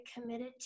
committed